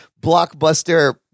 blockbuster